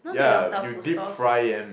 yeah you deep fry yam